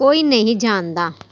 ਕੋਈ ਨਹੀਂ ਜਾਣਦਾ